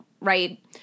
right